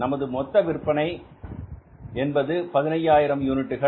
நமது மொத்த விற்பனை என்பது 150000யூனிட்டுகள்